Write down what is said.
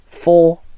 Four